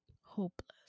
hopeless